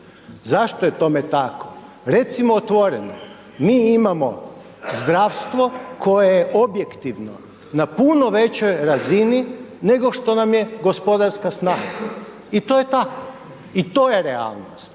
Zašto je tome tako? Recimo otvoreno, mi imamo zdravstvo koje je objektivno na puno većoj razini nego što nam je gospodarska snaga i to je tako i to je realnost,